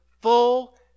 full